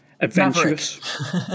adventurous